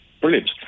brilliant